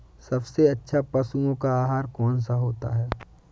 सबसे अच्छा पशुओं का आहार कौन सा होता है?